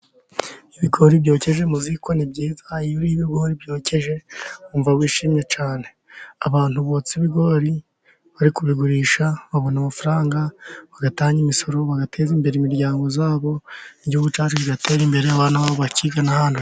Ibigori byokeje mu ziko ni byiza, iyo ibigori byokeje wumva wishimye cyane, abantu botsa ibigori bari kubigurisha, babona amafaranga, bagatanga imisoro, bagateza imbere imiryango yabo, n'igihugu cyacu kigatera imbere abana bakigana hano.